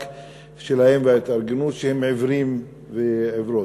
שלהם וההתארגנות של עיוורים ועיוורות.